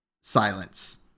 silence